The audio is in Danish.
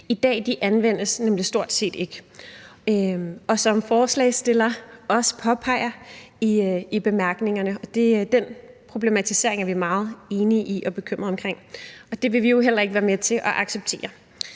ikke anvendes. Det påpeger forslagsstillerne også i bemærkningerne, og den problematisering er vi meget enige i og bekymrede over, og det vil vi jo heller ikke være med til at acceptere.